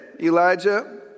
Elijah